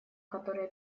которая